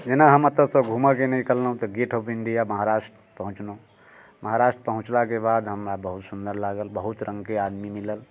जेना हम एतऽसँ घूमऽके निकलहुँ तऽ गेट ऑफ इण्डिया महाराष्ट्र पहुँचलहुँ महराष्ट्र पहुँचलाके बाद हमरा बहुत सुन्दर लागल बहुत रङ्गके आदमी मिलल